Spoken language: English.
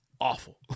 awful